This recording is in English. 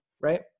right